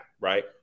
Right